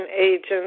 agents